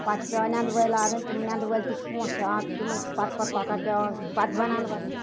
پَتہٕ چھِ پیٚوان نٮ۪نٛدٕ وٲلۍ لاگٕنۍ تِم نٮ۪نٛدٕ وٲلۍ تہِ چھِ پونٛسہٕ ہیٚوان تِمَن چھِ پَتہٕ پَتہٕ پَکان پیٚوان پَتہٕ بَناونَس